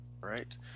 right